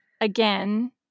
again